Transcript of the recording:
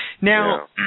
Now